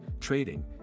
trading